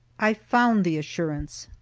i found the assurance.